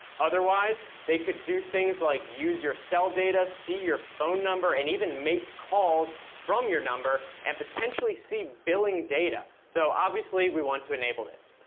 otherwise, they could do things like use your cell data, see your phone number and even make calls from your number, and potentially see billing data. so obviously we want to enable this.